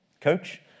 coach